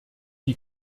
die